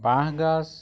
বাঁহগাজ